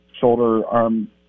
shoulder-arm